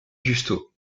giusto